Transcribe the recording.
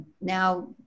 now